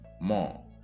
more